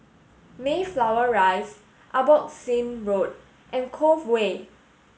Mayflower Rise Abbotsingh Road and Cove Way